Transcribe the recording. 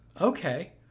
Okay